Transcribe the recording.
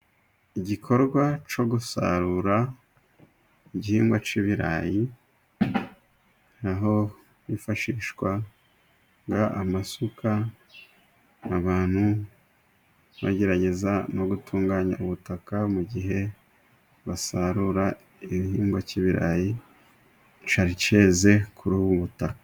Igikorwa cyo gusarura igihingwa cy'ibirayi, aho hifashishwa amasuka abantu bagerageza no gutunganya ubutaka, mu gihe basarura igihingwa cy'ibirayi cyari cyeze kur'ubu butaka.